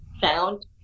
found